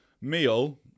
meal